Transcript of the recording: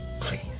please